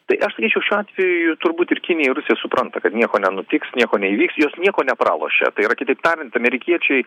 tai aš sakyčiau šiuo atveju turbūt ir kinijair rusija supranta kad nieko nenutiks nieko neįvyks jos nieko nepralošia tai yra kitaip tariant amerikiečiai